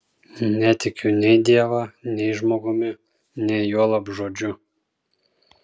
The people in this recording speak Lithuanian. netikiu nei dievą nei žmogumi nei juolab žodžiu